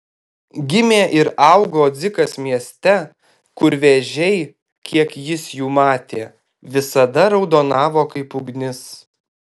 gimė ir augo dzikas mieste kur vėžiai kiek jis jų matė visada raudonavo kaip ugnis